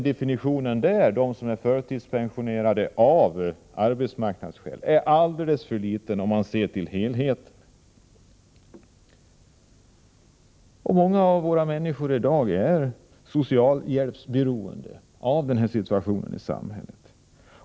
Definitionen förtidspensionerade av arbetsmarknadsskäl kunde användas på många fler — det antalet är alldeles för litet, om man ser till helheten. Många av våra medborgare i dag är socialhjälpsberoende på grund av den här situationen i samhället.